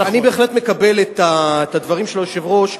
אני בהחלט מקבל את הדברים של היושב-ראש,